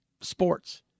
sports